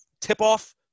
tip-off